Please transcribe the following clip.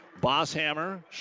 Bosshammer